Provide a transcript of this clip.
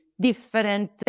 different